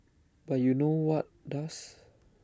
but you know what does